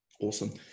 awesome